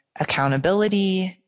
accountability